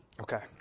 Okay